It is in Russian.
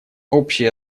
общее